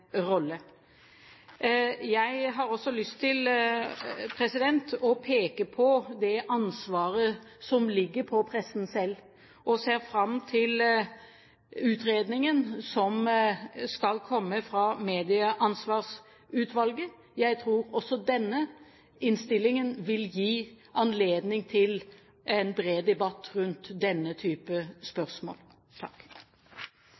Jeg har også lyst til å peke på det ansvaret som ligger på pressen selv, og ser fram til utredningen som skal komme fra Medieansvarsutvalget. Jeg tror også denne innstillingen vil gi anledning til en bred debatt rundt denne type